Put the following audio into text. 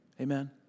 Amen